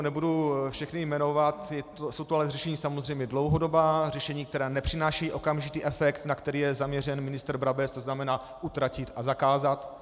Nebudu je tady všechna jmenovat, jsou to ale řešení samozřejmě dlouhodobá, řešení, která nepřinášejí okamžitý efekt, na který je zaměřen ministr Brabec, tzn. utratit a zakázat.